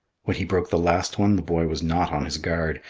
when he broke the last one the boy was not on his guard,